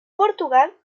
portugal